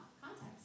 context